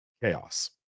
chaos